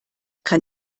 kann